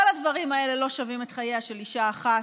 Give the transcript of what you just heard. כל הדברים האלה לא שווים את חייה של אישה אחת,